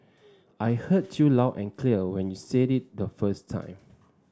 I heard you loud and clear when you said it the first time